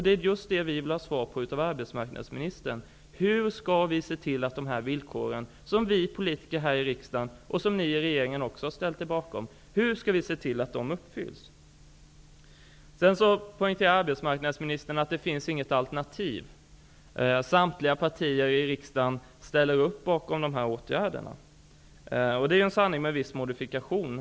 Det är just det vi vill ha svar på av arbetsmarknadsministern: Hur skall vi se till att de här villkoren, som vi politiker här i riksdagen har ställt oss bakom och som även ni i regeringen har ställt er bakom, uppfylls? Arbetsmarknadsministern poängterar att det inte finns något alternativ, och att samtliga partier i riksdagen ställer upp bakom de här åtgärderna. Det är en sanning med viss modifikation.